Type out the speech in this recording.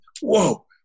Whoa